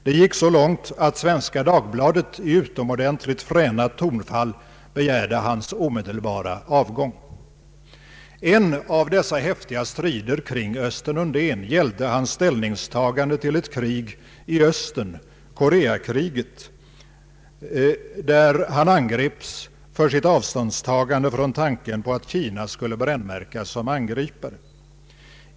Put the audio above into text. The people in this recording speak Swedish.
Det gick så långt att Svenska Dagbladet i utomordentligt fräna tonfall begärde hans omedelbara avgång. En av dessa häftiga strider kring Östen Undén gällde hans ställningstagande till ett krig i Östern, Koreakriget, där han angreps för sitt avståndstagande från tanken på att Kina skulle brännmärkas som angripare.